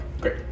Great